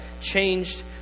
changed